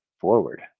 forward